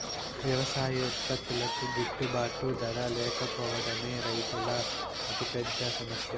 వ్యవసాయ ఉత్పత్తులకు గిట్టుబాటు ధర లేకపోవడమే రైతుల అతిపెద్ద సమస్య